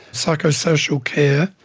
psychosocial care.